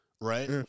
Right